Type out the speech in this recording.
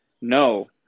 no